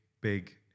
big